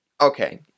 okay